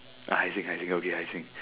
I think I think ya okay I think